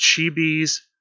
Chibi's